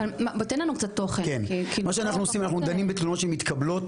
מה שאנחנו עושים, אנחנו דנים בתלונות שמתקבלות,